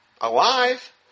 Alive